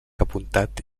apuntat